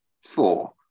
four